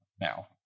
now